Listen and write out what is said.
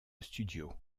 studio